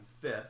fifth